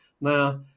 Now